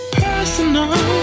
personal